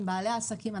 עם בעלי העסקים.